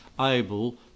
able